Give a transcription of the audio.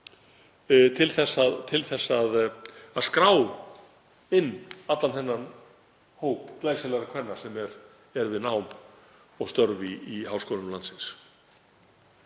til þess að skrá inn allan þennan hóp glæsilegra kvenna sem er við nám og störf í háskólum landsins.